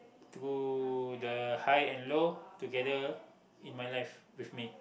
to the high and low together in my life with me